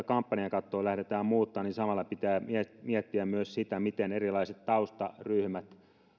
kampanjakattoa lähdetään muuttamaan niin samalla pitää miettiä myös sitä miten erilaiset taustaryhmät